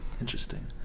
interesting